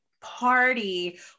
party